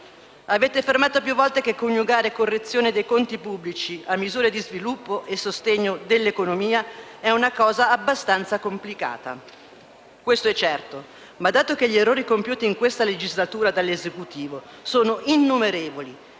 Avete affermato più volte che coniugare correzione dei conti pubblici a misure di sviluppo e sostegno dell'economia è abbastanza complicato. Questo è certo; ma, dato che gli errori compiuti in questa legislatura dall'Esecutivo sono innumerevoli